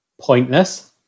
pointless